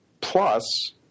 plus